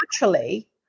naturally